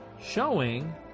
showing